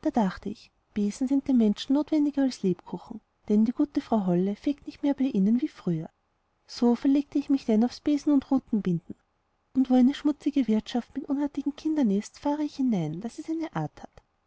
da dachte ich besen sind den menschen notwendiger als lebkuchen denn die gute frau holle fegt nicht mehr bei ihnen wie früher so verlegte ich mich denn aufs besen und rutenbinden ziehe mit meinem eselchen im lande herum und wo eine schmutzige wirtschaft mit unartigen kindern ist fahre ich hinein daß es eine art hat